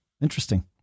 Interesting